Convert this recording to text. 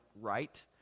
right